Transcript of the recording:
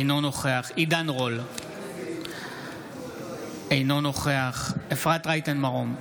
אינו נוכח עידן רול, אינו נוכח אפרת רייטן מרום,